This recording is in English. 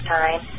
time